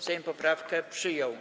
Sejm poprawkę przyjął.